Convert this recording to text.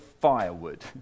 firewood